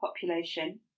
population